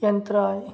यंत्र आहे